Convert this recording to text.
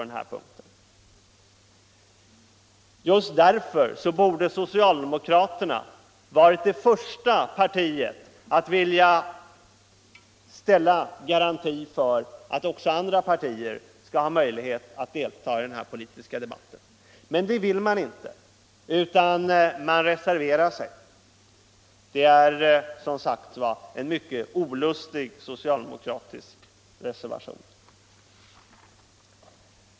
Och just därför borde det socialdemokratiska partiet varit det första att ställa garantier för att också andra partier får möjlighet att delta i den politiska debatten på arbetsplatserna. Men det vill alltså inte socialdemokraterna. Där har man reserverat sig. Och det är som sagt en mycket olustig socialdemokratisk reservation.